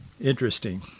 Interesting